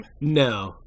no